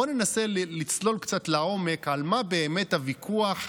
בואו ננסה לצלול קצת לעומק על מה באמת הוויכוח,